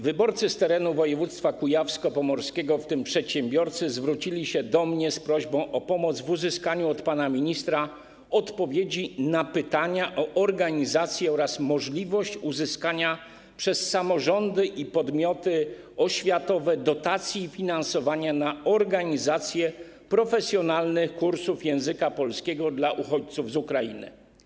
Wyborcy z terenu województwa kujawsko-pomorskiego, w tym przedsiębiorcy, zwrócili się do mnie z prośbą o pomoc w otzrymaniu od pana ministra odpowiedzi na pytania o możliwość uzyskania przez samorządy i podmioty oświatowe dotacji i finansowania na organizację profesjonalnych kursów języka polskiego dla uchodźców z Ukrainy.